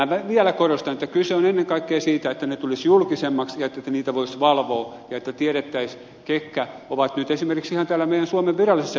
minä vielä korostan että kyse on ennen kaikkea siitä että ne tulisivat julkisemmiksi ja että niitä voisi valvoa ja että tiedettäisiin ketkä ovat nyt esimerkiksi ihan täällä meidän suomen virallisissa jutuissa